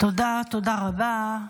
תודה רבה.